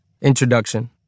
Introduction